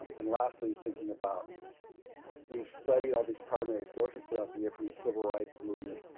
um and lastly, thinking about we've studied all these primary sources throughout the year from the civil rights movement,